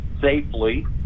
safely